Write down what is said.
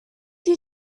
you